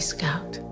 Scout